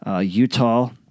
Utah